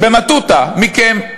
במטותא מכם,